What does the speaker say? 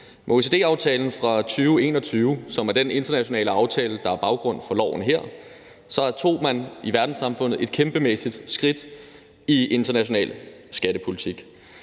Med OECD-aftalen fra 2021, som er den internationale aftale, der er baggrund for lovforslaget her, tog man i verdenssamfundet et kæmpemæssigt skridt i international skattepolitik.